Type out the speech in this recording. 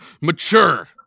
mature